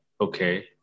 Okay